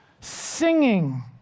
singing